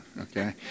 okay